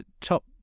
top